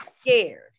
scared